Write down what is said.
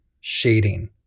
shading